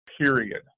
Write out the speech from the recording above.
period